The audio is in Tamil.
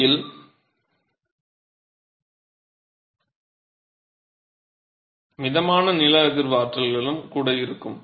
உண்மையில் மிதமான நில அதிர்வு ஆற்றல்களும் கூட இருக்கும்